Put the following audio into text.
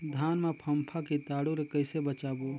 धान मां फम्फा कीटाणु ले कइसे बचाबो?